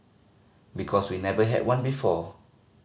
because we never had one before